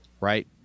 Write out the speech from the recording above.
right